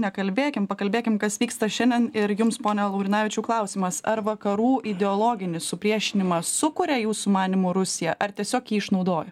nekalbėkim pakalbėkim kas vyksta šiandien ir jums pone laurinavičiau klausimas ar vakarų ideologinį supriešinimą sukuria jūsų manymu rusija ar tiesiog jį išnaudoja